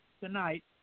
Tonight